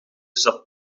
zat